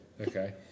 Okay